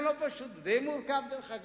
די מורכב, דרך אגב.